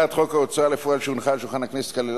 אנחנו עוברים להצעת חוק ההוצאה לפועל (תיקון מס' 34),